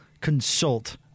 consult